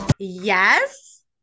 Yes